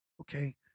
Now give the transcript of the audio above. Okay